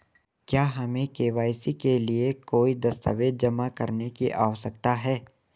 क्या हमें के.वाई.सी के लिए कोई दस्तावेज़ जमा करने की आवश्यकता है?